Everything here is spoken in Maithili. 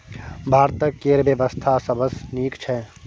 भारतक कर बेबस्था सबसँ नीक छै